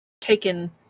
taken